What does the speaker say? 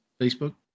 Facebook